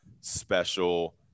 special